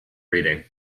reading